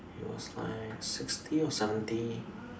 he was like sixty or seventy